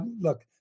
look